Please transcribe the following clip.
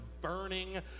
burning